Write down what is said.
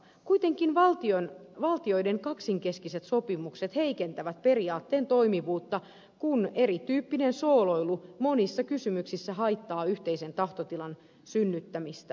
kuitenkin valtioiden kaksinkeskiset sopimukset heikentävät periaatteen toimivuutta kun erityyppinen sooloilu monissa kysymyksissä haittaa yhteisen tahtotilan synnyttämistä